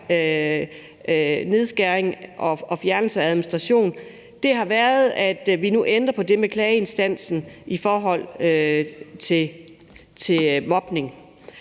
nedskæring og fjernelse af administration været, at vi nu ændrer på det med klageinstansen i forhold til mobning.